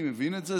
אני מבין את זה,